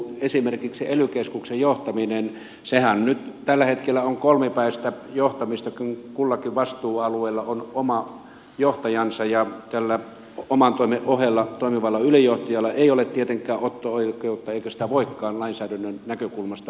esimerkiksi ely keskuksen johtaminenhan nyt tällä hetkellä on kolmipäistä johtamista kun kullakin vastuualueella on oma johtajansa ja tällä oman toimen ohella toimivalla ylijohtajalla ei ole tietenkään otto oikeutta eikä sitä voikaan lainsäädännön näkökulmasta olla